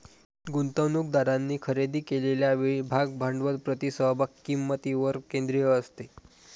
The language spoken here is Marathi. गुंतवणूकदारांनी खरेदी केलेल्या वेळी भाग भांडवल प्रति समभाग किंमतीवर केंद्रित असते